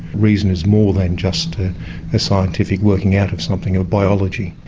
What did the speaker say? reason is more than just a scientific working out of something, of biology.